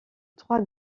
trois